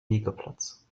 liegeplatz